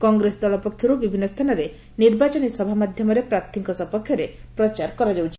କଂଗ୍ରେସ ଦଳ ପକ୍ଷରୁ ବିଭିନ୍ନ ସ୍ଚାନରେ ନିର୍ବାଚନୀ ସଭା ମାଧ୍ଧମରେ ପ୍ରାର୍ଥୀଙ୍କ ସପକ୍ଷରେ ଭୋଟ୍ ଭିକ୍ଷା କରୁଛନ୍ତି